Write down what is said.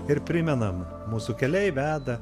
ir primenam mūsų keliai veda